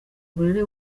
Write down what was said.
uburere